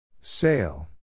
Sail